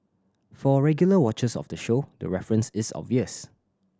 for regular watchers of the show the reference is obvious